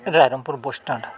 Ray Rangpur